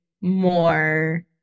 more